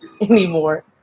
anymore